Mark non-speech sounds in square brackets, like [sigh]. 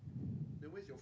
[breath]